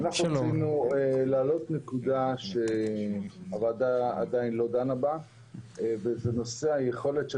אנחנו רצינו להעלות נקודה שהוועדה עדיין לא דנה בה וזה נושא היכולת של